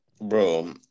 Bro